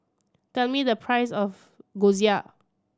tell me the price of Gyoza